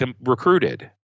recruited